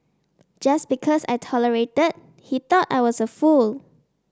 just because I tolerated he thought I was a fool